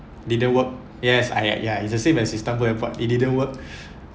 didn't work yes I at ya you should see my system it didn't work